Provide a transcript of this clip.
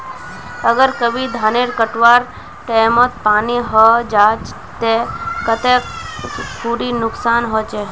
अगर कभी धानेर कटवार टैमोत पानी है जहा ते कते खुरी नुकसान होचए?